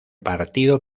partido